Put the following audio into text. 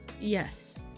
Yes